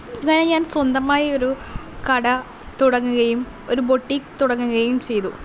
ഇങ്ങനെ ഞാൻ സ്വന്തമായി ഒരു കട തുടങ്ങുകയും ഒരു ബൊട്ടിക്ക് തുടങ്ങുകയും ചെയ്തു